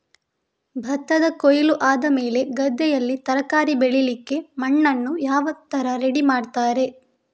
ಭತ್ತದ ಕೊಯ್ಲು ಆದಮೇಲೆ ಗದ್ದೆಯಲ್ಲಿ ತರಕಾರಿ ಬೆಳಿಲಿಕ್ಕೆ ಮಣ್ಣನ್ನು ಯಾವ ತರ ರೆಡಿ ಮಾಡ್ತಾರೆ?